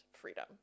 freedom